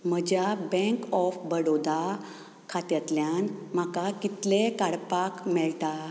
म्हज्या bank of Baroda खात्यांतल्यान म्हाका कितले काडपाक मेळटा